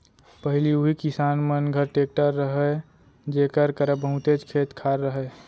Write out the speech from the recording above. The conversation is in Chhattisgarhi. पहिली उही किसान मन घर टेक्टर रहय जेकर करा बहुतेच खेत खार रहय